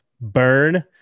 burn